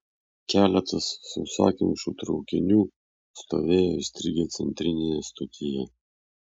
keletas sausakimšų traukinių stovėjo įstrigę centrinėje stotyje